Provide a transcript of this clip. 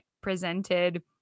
presented